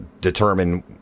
determine